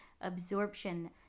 absorption